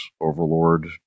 overlord